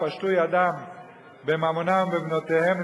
ופשטו ידם בממונם ובבנותיהם,